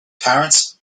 parents